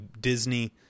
Disney